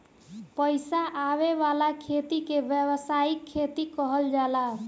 पईसा आवे वाला खेती के व्यावसायिक खेती कहल जाला